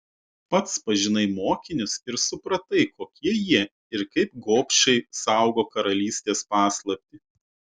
pats pažinai mokinius ir supratai kokie jie ir kaip gobšiai saugo karalystės paslaptį